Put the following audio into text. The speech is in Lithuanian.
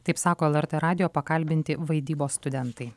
taip sako elartė radijo pakalbinti vaidybos studentai